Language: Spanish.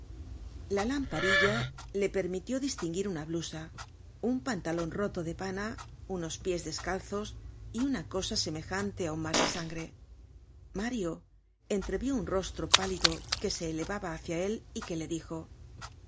la lamparilla le permitió distinguir una blusa un pantalon roto de pana unos pies descalzos y una cosa semejante á un mar de sangre mario entrevió un rostro pálido que se elevaba hácia él y que le dijo